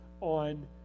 on